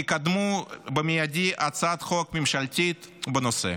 תקדמו מייד הצעת חוק ממשלתית בנושא,